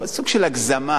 אבל סוג של הגזמה.